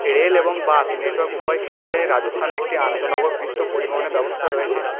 rail এবং bus network উভয় ক্ষেত্রে রাজস্থানে একটি আন্তঃনগর পৃষ্ঠ পরিবহণের ব্যবস্থা রয়েছে